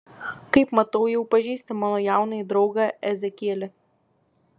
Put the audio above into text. kaip matau jau pažįsti mano jaunąjį draugą ezekielį